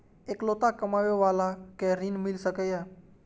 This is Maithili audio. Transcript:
इकलोता कमाबे बाला के ऋण मिल सके ये?